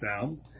down